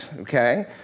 okay